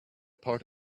part